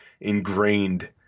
ingrained